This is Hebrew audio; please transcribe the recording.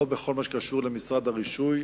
לא בכל מה שקשור למשרד הרישוי.